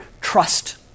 Trust